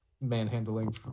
manhandling